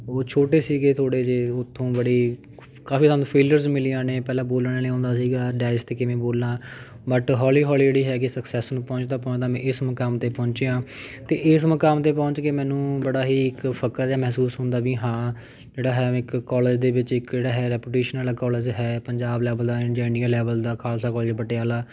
ਉਹ ਛੋਟੇ ਸੀਗੇ ਥੋੜ੍ਹੇ ਜਿਹੇ ਉੱਥੋਂ ਬੜੇ ਕਾਫੀ ਸਾਨੂੰ ਫੇਲਰਸ ਮਿਲੀਆਂ ਨੇ ਪਹਿਲਾਂ ਬੋਲਣਾ ਨਹੀਂ ਆਉਂਦਾ ਸੀਗਾ ਡੈਸ਼ 'ਤੇ ਕਿਵੇਂ ਬੋਲਾਂ ਬਟ ਹੌਲੀ ਹੌਲੀ ਜਿਹੜੀ ਹੈਗੀ ਸਕਸੈਸ ਨੂੰ ਪਹੁੰਚਦਾ ਪਹੁੰਚਦਾ ਮੈਂ ਇਸ ਮੁਕਾਮ 'ਤੇ ਪਹੁੰਚਿਆ ਅਤੇ ਇਸ ਮੁਕਾਮ 'ਤੇ ਪਹੁੰਚ ਕੇ ਮੈਨੂੰ ਬੜਾ ਹੀ ਇੱਕ ਫਖਰ ਜਿਹਾ ਮਹਿਸੂਸ ਹੁੰਦਾ ਵੀ ਹਾਂ ਜਿਹੜਾ ਹੈ ਮੈਂ ਇੱਕ ਕੋਲੇਜ ਦੇ ਵਿੱਚ ਇੱਕ ਜਿਹੜਾ ਹੈ ਰੈਪੂਟੇਸ਼ਨਲ ਕੋਲੇਜ ਹੈ ਪੰਜਾਬ ਲੈਵਲ ਦਾ ਇੰਡੀਆ ਇੰਡੀਅਨ ਲੈਵਲ ਦਾ ਖਾਲਸਾ ਕੋਲੇਜ ਪਟਿਆਲਾ